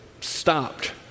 stopped